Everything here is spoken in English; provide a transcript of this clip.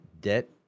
debt